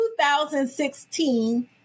2016